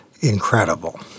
incredible